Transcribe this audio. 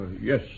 yes